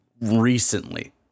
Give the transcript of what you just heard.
Recently